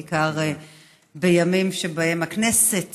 בעיקר בימים שבהם הכנסת